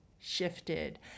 shifted